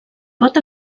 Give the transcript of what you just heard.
pot